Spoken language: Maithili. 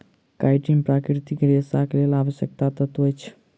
काइटीन प्राकृतिक रेशाक लेल आवश्यक तत्व अछि